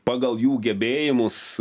pagal jų gebėjimus